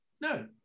no